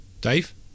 Dave